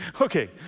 Okay